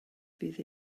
fydd